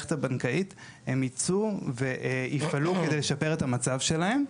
המערכת הבנקאית הם יצאו ויפעלו כדי לשפר את המצב שלהם.